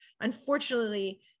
Unfortunately